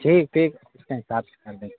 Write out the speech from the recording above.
ٹھیک ٹھیک کے حساب سے کر دیں گے